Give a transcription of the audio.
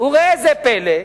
וראה זה פלא,